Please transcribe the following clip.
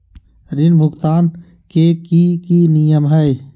ऋण भुगतान के की की नियम है?